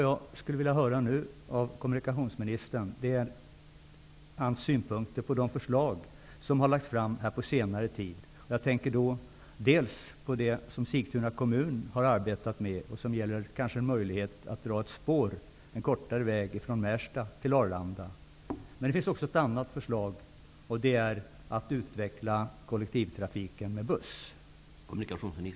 Jag skulle vilja höra kommunikationsministerns synpunkter på de förslag som har lagts fram på senare tid. Jag tänker på det som Sigtuna kommun har arbetat med och som gäller möjligheten att dra ett spår en kortare väg från Märsta till Arlanda. Men det finns även ett annat förslag, nämligen att utveckla kollektivtrafiken med buss.